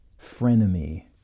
frenemy